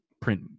print